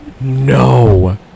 No